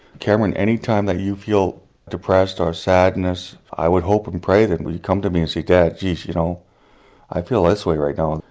cameron any time that you feel depressed or sadness i would hope and pray that you'd come to me and say dad, jeesh you know i feel this way right now,